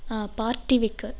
ஆ party வைக்க